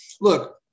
look